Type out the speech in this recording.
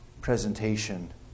presentation